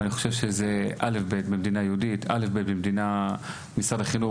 ואני חושב שזה א'-ב' במדינה יהודית ו-א'-ב' במשרד החינוך,